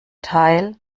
teil